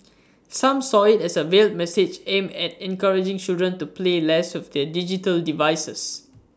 some saw IT as A veiled message aimed at encouraging children to play less with their digital devices